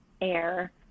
air